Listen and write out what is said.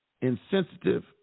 insensitive